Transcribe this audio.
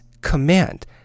command